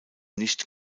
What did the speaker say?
nicht